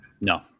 No